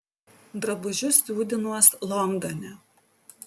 drabužius siūdinuos londone